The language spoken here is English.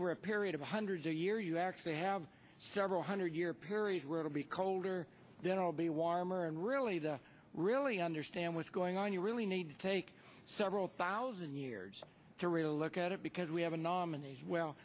over a period of a hundred a year you actually have several hundred year period where it'll be colder then i'll be warmer and really the really understand what's going on you really need to take several thousand years to relook at it because we have a